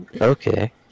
Okay